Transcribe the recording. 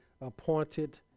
appointed